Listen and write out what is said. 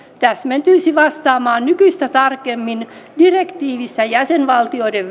täsmentyisi vastaamaan nykyistä tarkemmin direktiivissä jäsenvaltioiden